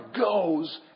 goes